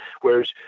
Whereas